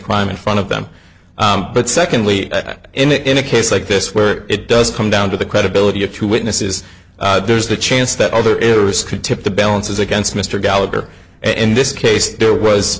crime in front of them but secondly that in a case like this where it does come down to the credibility of two witnesses there's a chance that other errors could tip the balance as against mr gallagher in this case there was